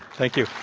thank you.